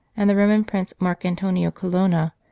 and the roman prince marc antonio colonna,